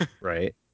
right